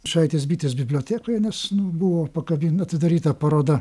čaitės bitės bibliotekoje nes nu buvo pakabin atidaryta paroda